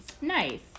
Nice